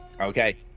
Okay